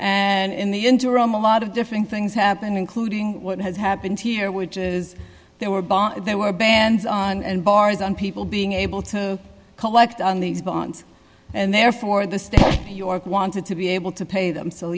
and in the interim a lot of different things happen including what has happened here which is there were bomb there were bans on and bars on people being able to collect on these bonds and therefore the state york wanted to be able to pay them so